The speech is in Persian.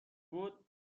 بود